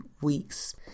weeks